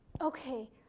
Okay